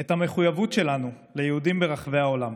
את המחויבות שלנו ליהודים ברחבי העולם.